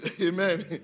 Amen